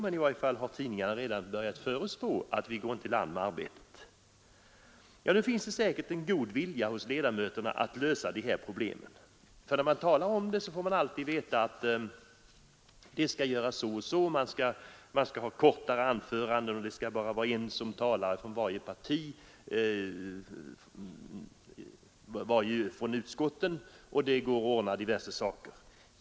Men tidningarna har i alla fall redan börjat förutspå att vi inte kan avsluta vårsessionens arbete till den 31 maj. Det finns säkert en god vilja hos ledamöterna att lösa dessa problem. När man talar om dem får man alltid veta att de och de åtgärderna skall vidtas. Det skall bli kortare anföranden och bara en talare från varje parti och en från utskottet. Det går att ordna diverse saker.